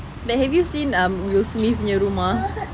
like have you seen um will smith punya rumah